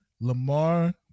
Lamar